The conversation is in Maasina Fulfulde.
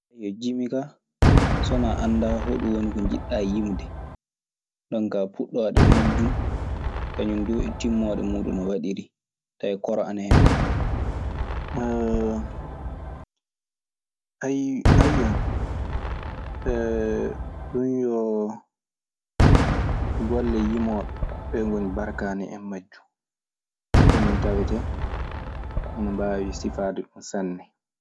Yo jimi kaa, so wanaa anndaa hoɗun woni ko njiɗɗa yimde Ɗun kaa puɗɗooje majjun kañun duu e timmoode muuɗun no waɗiri. Tawi koro ana hen kaa. Ɗun yo golle yiimooɓe. Ɓee ngoni barkaane en majjun. Kañun tawetee ne mbaawi sifaade ɗun sanne.